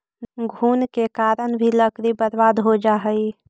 घुन के कारण भी लकड़ी बर्बाद हो जा हइ